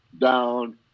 down